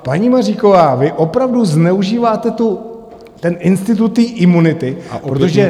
Paní Maříková, vy opravdu zneužíváte ten institut té imunity, protože...